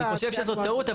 אני חושב שזו טעות,